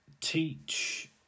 teach